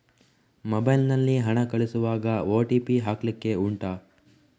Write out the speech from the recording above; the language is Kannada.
ಮೊಬೈಲ್ ನಲ್ಲಿ ಹಣ ಕಳಿಸುವಾಗ ಓ.ಟಿ.ಪಿ ಹಾಕ್ಲಿಕ್ಕೆ ಉಂಟಾ